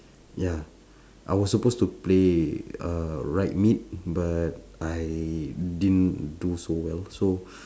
ya I was supposed to play uh right mid but I didn't do so well so